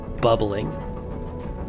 bubbling